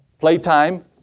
Playtime